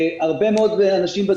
הרבה מאוד אנשים לא